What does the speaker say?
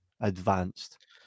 advanced